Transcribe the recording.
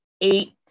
eight